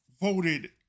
voted